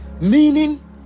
meaning